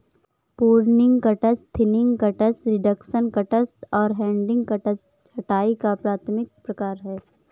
pruning cuts, thinning cuts, reduction cuts और heading cuts छंटाई का प्राथमिक प्रकार हैं